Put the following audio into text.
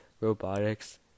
robotics